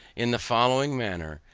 in the following manner,